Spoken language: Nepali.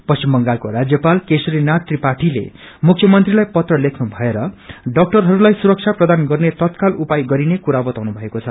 पश्चिम बंगालको राज्यपाल केशरीनाथ त्रिपाठीले मुख्यमन्त्रीलाई पत्र लेख्नु भएर डाक्टरहरूलाई सुरक्षा प्रदान गर्ने तत्काल उपाय गरिने कुरा बताउनु भएको छ